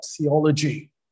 theology